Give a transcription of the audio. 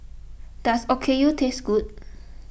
does Okayu taste good